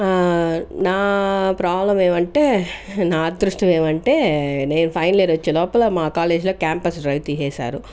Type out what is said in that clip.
నా ప్రాబ్లమ్ ఏమంటే నా అదృష్టం ఏమంటే నేను ఫైనల్ ఇయర్ వచ్చే లోపల మా కాలేజీ లో క్యాంపస్ డ్రైవ్ తీసేశారు